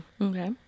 Okay